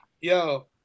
yo